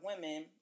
women